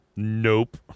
nope